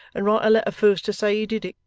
and write a letter first to say he did it